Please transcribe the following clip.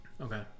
Okay